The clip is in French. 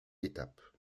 étapes